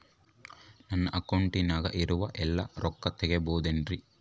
ನನ್ನ ಕಾರ್ಡಿನಾಗ ಇರುವ ಎಲ್ಲಾ ರೊಕ್ಕ ತೆಗೆಯಬಹುದು ಏನ್ರಿ?